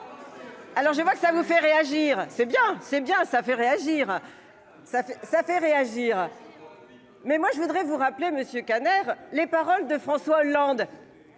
Alors je vois que ça vous fait réagir. C'est bien c'est bien, ça fait réagir ça fait ça fait réagir. Mais moi je voudrais vous rappeler monsieur Kanner les paroles de François Hollande.